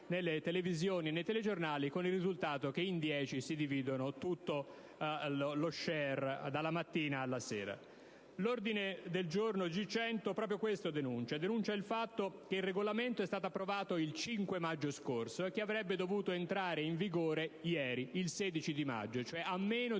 nelle televisioni e nei telegiornali, con il risultato che in 10 si dividono tutto lo *share*, dalla mattina alla sera. L'ordine del giorno G.100 denuncia proprio il fatto che il regolamento è stato approvato il 5 maggio scorso e che avrebbe dovuto entrare in vigore ieri, il 16 maggio, cioè a meno di